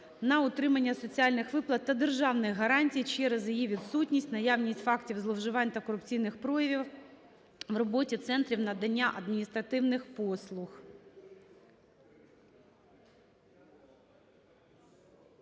на отримання соціальних виплат та державних гарантій через її відсутність, наявність фактів зловживань та корупційних проявів в роботі центрів надання адміністративних послуг.